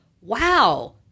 wow